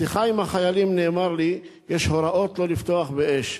בשיחה עם החיילים נאמר לי: יש הוראות לא לפתוח באש.